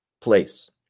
place